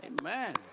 Amen